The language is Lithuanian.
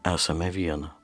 esame viena